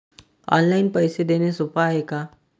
Online पैसे देण सोप हाय का?